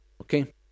Okay